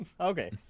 Okay